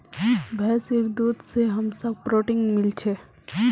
भैंसीर दूध से हमसाक् प्रोटीन मिल छे